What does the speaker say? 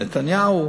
נתניהו.